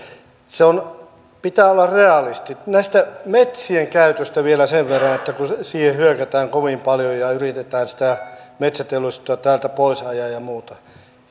pitää olla realisti tästä metsien käytöstä vielä sen verran kun siihen hyökätään kovin paljon ja ja yritetään metsäteollisuutta täältä pois ajaa ja muuta